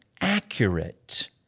accurate